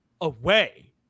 away